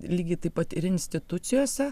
lygiai taip pat ir institucijose